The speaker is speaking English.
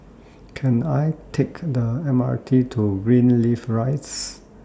Can I Take The M R T to Greenleaf Rise